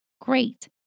Great